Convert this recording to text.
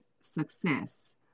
success